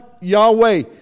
Yahweh